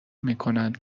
میکنند